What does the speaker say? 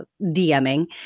DMing